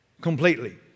completely